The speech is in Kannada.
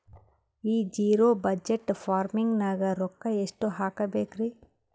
ಈ ಜಿರೊ ಬಜಟ್ ಫಾರ್ಮಿಂಗ್ ನಾಗ್ ರೊಕ್ಕ ಎಷ್ಟು ಹಾಕಬೇಕರಿ?